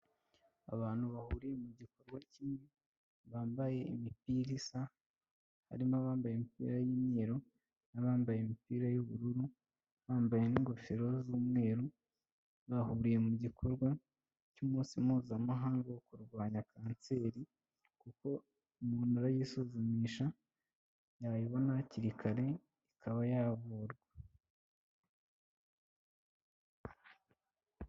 Abantu bahuriye mu gikorwa kimwe bambaye imipira isa, harimo abambaye imipira y'umweru, n'abambaye imipira y'ubururu, bambaye n'ingofero z'umweru, bahuriye mu gikorwa cy'umunsi mpuzamahanga wo kurwanya kanseri, kuko umuntu arayisuzumisha yayibona hakiri kare ikaba yavurwa.